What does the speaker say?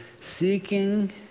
seeking